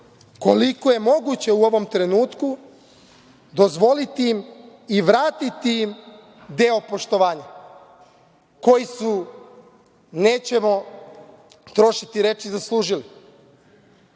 koliko je moguće u ovom trenutku, dozvoliti im i vratiti im deo poštovanja koji su, nećemo trošiti reči, zaslužili. Koliko